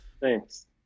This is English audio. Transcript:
Thanks